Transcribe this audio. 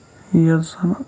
یَتھ زَن